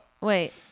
wait